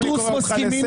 הייתה הנחיה מפורשת,